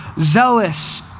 zealous